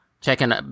checking